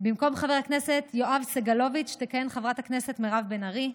ובמקום חבר הכנסת יואב סגלוביץ' תכהן חברת הכנסת מירב בן ארי,